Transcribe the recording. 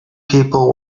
people